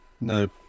No